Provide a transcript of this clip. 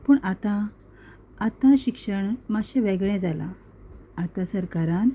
पूण आतां आतां शिक्षण मातशें वेगळें जालां आतां सरकारान